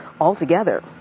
altogether